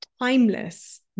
timeless